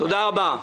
תודה רבה.